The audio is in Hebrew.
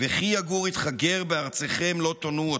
"וכי יגור אִתך גר בארצכם לא תונו אֹתו",